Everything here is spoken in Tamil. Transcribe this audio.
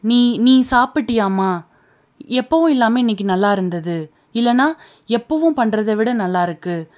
நீ நீ சாப்பிட்டியா அம்மா எப்பவும் இல்லாமல் இன்னைக்கு நல்லா இருந்தது இல்லைனா எப்பவும் பண்ணுறத விட நல்லா இருக்குது